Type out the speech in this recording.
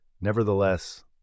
Nevertheless